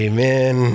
Amen